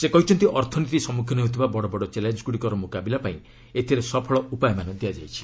ସେ କହିଛନ୍ତି ଅର୍ଥନୀତି ସମ୍ମୁଖୀନ ହେଉଥିବା ବଡ଼ ବଡ଼ ଚ୍ୟାଲେଞ୍ଜଗୁଡ଼ିକର ମୁକାବିଲା ପାଇଁ ଏଥିରେ ସଫଳ ଉପାୟମାନ ଦିଆଯାଇଛି